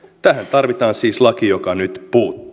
tarvitaan siis laki joka nyt puuttuu